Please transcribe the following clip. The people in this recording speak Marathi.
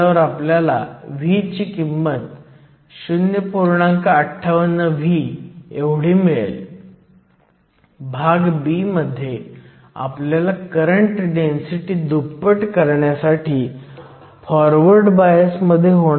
तर आपल्याला डायोड करंटची गणना करायची आहे जेव्हा आपल्याकडे फॉरवर्ड बायस V 0